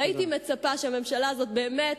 והייתי מצפה שהממשלה הזאת באמת